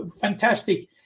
fantastic